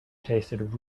tasted